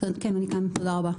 תודה רבה,